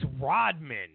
Rodman